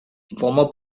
former